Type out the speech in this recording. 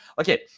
Okay